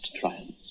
triumphs